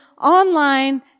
online